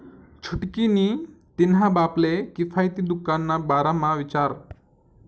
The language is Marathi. छुटकी नी तिन्हा बापले किफायती दुकान ना बारा म्हा विचार